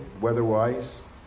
weather-wise